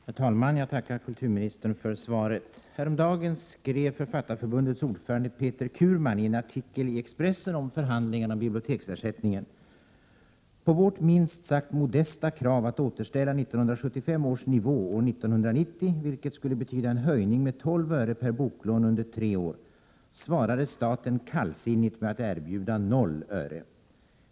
Herr talman! Jag tackar kulturministern för svaret. Häromdagen skrev Författarförbundets ordförande Peter Curman i en artikel i Expressen beträffande förhandlingarna om biblioteksersättningen: ”På vårt minst sagt modesta krav att återställa 1975 års nivå år 1990 — vilket skulle betyda en höjning med 12 öre per boklån under tre år — svarade staten kallsinnigt med att erbjuda 0 öre.